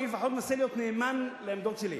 אני לפחות מנסה להיות נאמן לעמדות שלי.